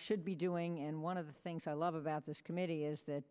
should be doing and one of the things i love about this committee is that